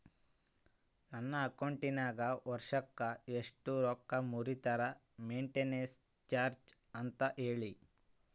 ನನ್ನ ಅಕೌಂಟಿನಾಗ ವರ್ಷಕ್ಕ ಎಷ್ಟು ರೊಕ್ಕ ಮುರಿತಾರ ಮೆಂಟೇನೆನ್ಸ್ ಚಾರ್ಜ್ ಅಂತ ಹೇಳಿ?